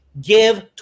Give